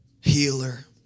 Healer